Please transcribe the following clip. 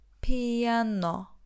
Piano